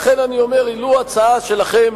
לכן אני אומר: לו היתה הצעה שלכם,